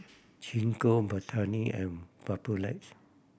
Gingko Betadine and Papulex